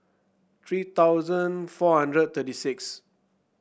three thousand four hundred thirty six